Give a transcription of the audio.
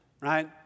right